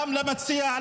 גם למציע,